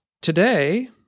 today